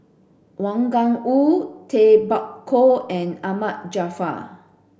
Wang Gungwu Tay Bak Koi and Ahmad Jaafar